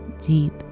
deep